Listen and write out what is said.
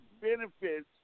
benefits